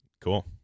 Cool